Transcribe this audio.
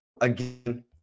again